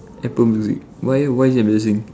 apple music why why is it amazing